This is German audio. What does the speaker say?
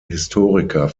historiker